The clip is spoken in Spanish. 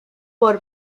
por